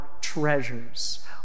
treasures